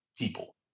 people